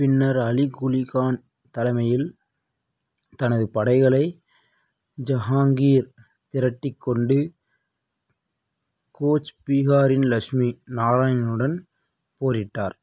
பின்னர் அலி குலி கான் தலைமையில் தனது படைகளை ஜஹாங்கீர் திரட்டிக் கொண்டு கோச் பீகாரின் லக்ஷ்மி நாராயணனுடன் போரிட்டார்